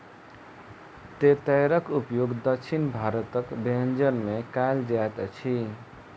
तेतैरक उपयोग दक्षिण भारतक व्यंजन में कयल जाइत अछि